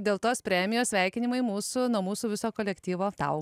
dėl tos premijos sveikinimai mūsų nuo mūsų viso kolektyvo tau